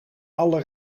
alle